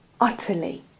utterly